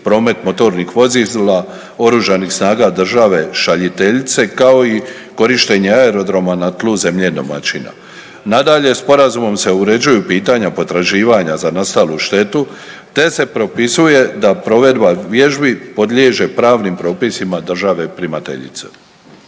promet motornih vozila, OS-a države šaljiteljice, kao i korištenje aerodroma na tlu zemlje domaćina. Nadalje, Sporazumom se uređuju pitanja potraživanja za nastalu štetu te se propisuje da provedba vježbi podliježe pravnim propisima države primateljice.